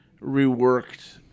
Reworked